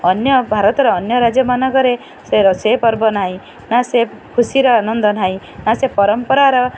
ଅନ୍ୟ ଭାରତର ଅନ୍ୟ ରାଜ୍ୟମାନଙ୍କରେ ସେ ରୋଷେଇ ପର୍ବ ନାହିଁ ନା ସେ ଖୁସିର ଆନନ୍ଦ ନାହିଁ ନା ସେ ପରମ୍ପରାର